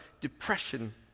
depression